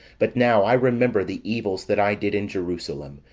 but now i remember the evils that i did in jerusalem,